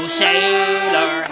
sailor